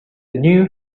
new